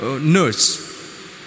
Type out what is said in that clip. nurse